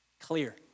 Clear